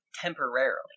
temporarily